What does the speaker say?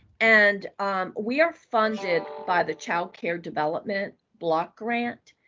and we are funded by the child care development block grant.